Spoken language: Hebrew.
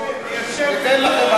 רוצים ליישב, ליישב את כולם.